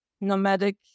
nomadic